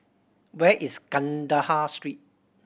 where is Kandahar Street